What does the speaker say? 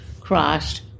crossed